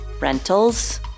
Rentals